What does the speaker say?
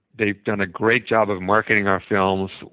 they've done a great job of marketing our films.